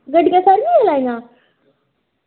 गड्डियां सारियां चला दियां